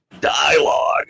dialogue